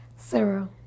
Zero